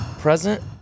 present